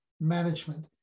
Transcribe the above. management